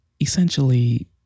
essentially